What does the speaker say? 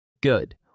Good